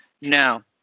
No